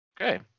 Okay